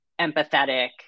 empathetic